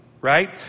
right